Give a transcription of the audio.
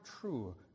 true